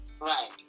Right